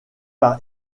par